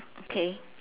k